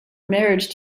marriage